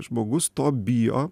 žmogus to bijo